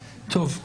טוב.